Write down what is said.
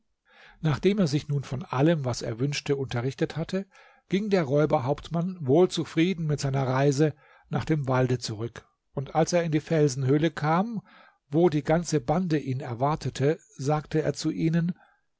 nachdem er sich nun von allem was er wünschte unterrichtet hatte ging der räuberhauptmann wohl zufrieden mit seiner reise nach dem walde zurück und als er in die felsenhöhle kam wo sie ganze bande ihn erwartete sagte er zu ihnen